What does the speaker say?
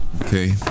Okay